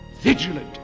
Vigilant